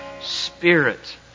Spirit